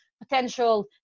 potential